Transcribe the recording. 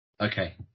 Okay